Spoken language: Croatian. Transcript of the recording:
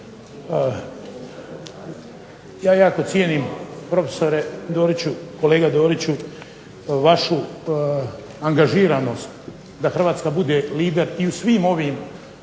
Ja jako cijenim profesore Doriću, kolega Doriću vašu angažiranost da Hrvatska bude lider u svim ovim